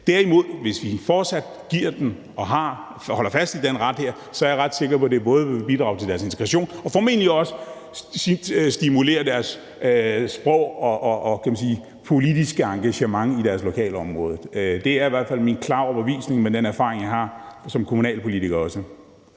Men hvis vi fortsat holder fast i at give dem den ret, er jeg ret sikker på, at det både vil bidrage til deres integration og formentlig også vil stimulere deres sprog og, hvad skal man sige, politiske engagement i deres lokalområde. Det er i hvert fald min klare overbevisning med den erfaring, jeg også har som kommunalpolitiker.